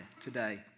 today